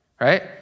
right